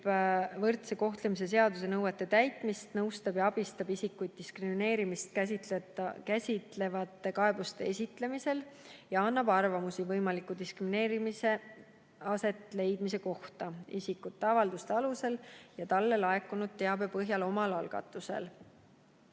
võrdse kohtlemise seaduse nõuete täitmist, nõustab ja abistab isikuid diskrimineerimist käsitlevate kaebuste esitamisel ja annab arvamusi võimaliku diskrimineerimise asetleidmise kohta isikute avalduse alusel ja talle laekunud teabe põhjal omal algatusel.